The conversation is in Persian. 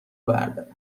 برداره